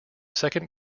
second